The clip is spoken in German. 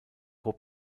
hob